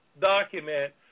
document